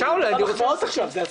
שאול, אני רוצה לסיים.